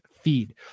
feed